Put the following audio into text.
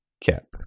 Cap